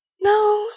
No